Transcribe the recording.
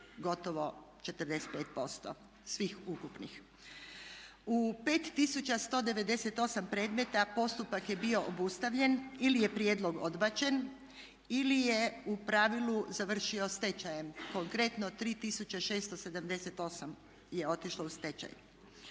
gotovo 45% svih ukupnih. U 5198 predmeta postupak je bio obustavljen ili je prijedlog odbačen ili je u pravilu završio stečajem. Konkretno 3678 je otišlo u stečaj.